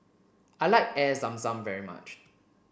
I like Air Zam Zam very much